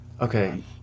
Okay